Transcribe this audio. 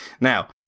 Now